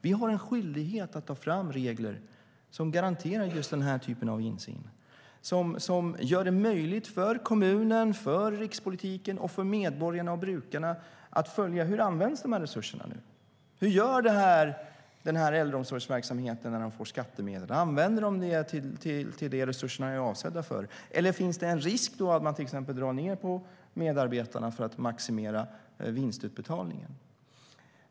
Vi har en skyldighet att ta fram regler som garanterar just den här typen av insyn och som gör det möjligt för kommunen, för rikspolitiken, för medborgarna och för brukarna att följa hur resurserna används. Hur gör denna äldreomsorgsverksamhet när de får skattemedel? Använder de resurserna till det som de är avsedda för, eller finns det en risk att de till exempel drar ned på antalet medarbetare för att maximera vinstutbetalningen?